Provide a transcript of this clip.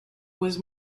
was